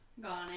Gone